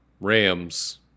Rams